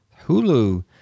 Hulu